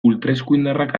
ultraeskuindarrak